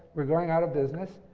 we're going out of business.